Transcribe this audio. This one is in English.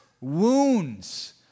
wounds